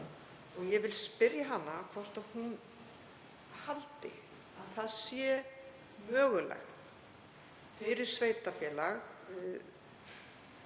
Ég vil spyrja hana hvort hún haldi að það sé mögulegt fyrir sveitarfélag,